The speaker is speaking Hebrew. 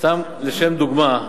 סתם, לשם דוגמה: